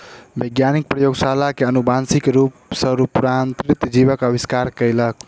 वैज्ञानिक प्रयोगशाला में अनुवांशिक रूप सॅ रूपांतरित जीवक आविष्कार कयलक